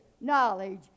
knowledge